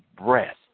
breath